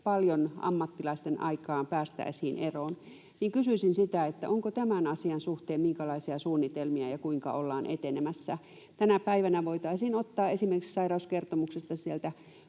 paljon ammattilaisten aikaa, päästäisiin eroon. Kysyisin: onko tämän asian suhteen minkälaisia suunnitelmia, ja kuinka siinä ollaan etenemässä? Tänä päivänä voitaisiin ottaa esimerkiksi sairauskertomuksesta tiettyjä